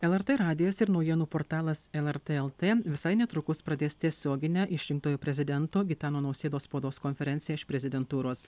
lrt radijas ir naujienų portalas lrt lt visai netrukus pradės tiesioginę išrinktojo prezidento gitano nausėdos spaudos konferenciją iš prezidentūros